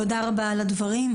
תודה רבה על הדברים.